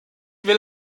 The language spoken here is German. will